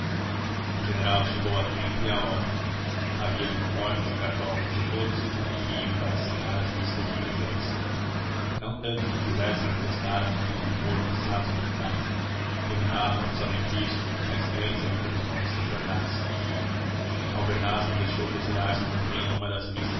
o general chegou a tempo e à hora havia uniformes e cartolas e todos se comprimiam para assinar as listas de presença não tanto que quisessem atestar à família do morto esse ato delicado dominava os além disso a esperança de ter os nomes nos jornais albernaz não deixou de atirar-se também a uma das